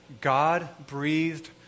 God-breathed